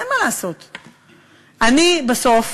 אני בסוף,